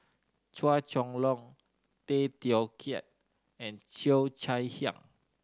Chua Chong Long Tay Teow Kiat and Cheo Chai Hiang